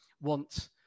want